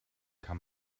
kann